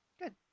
good